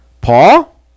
Paul